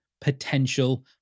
potential